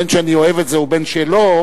בין שאני אוהב את זה ובין שלא,